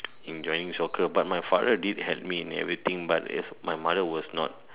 in joining soccer but my father did help me in everything but my mother was not